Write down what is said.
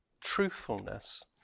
truthfulness